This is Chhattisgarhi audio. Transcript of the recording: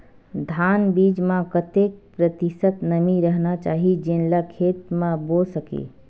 धान बीज म कतेक प्रतिशत नमी रहना चाही जेन ला खेत म बो सके?